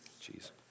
Jeez